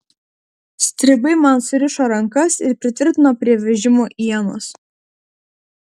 stribai man surišo rankas ir pritvirtino prie vežimo ienos